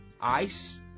ice